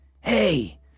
Hey